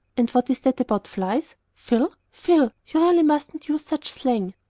and what is that about flies? phil, phil, you really mustn't use such slang.